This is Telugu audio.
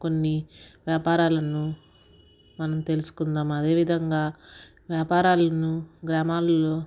కొన్ని వ్యాపారాలను మనం తెలుసుకుందాం అదేవిధంగా వ్యాపారాలను గ్రామాలులో